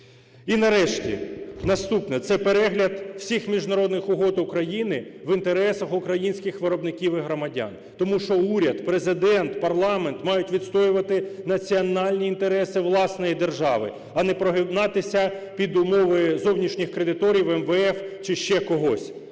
І нарешті наступне - це перегляд всіх міжнародних угод України в інтересах українських виробників і громадян, тому що уряд, Президент, парламент мають відстоювати національні інтереси власної держави, а не прогинатися під умови зовнішніх кредиторів, МВФ чи ще когось.